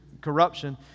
corruption